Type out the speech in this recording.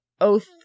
oath